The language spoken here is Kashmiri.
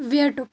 ویٹُک